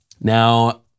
Now